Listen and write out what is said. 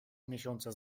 miesiąca